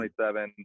27